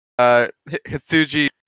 Hitsuji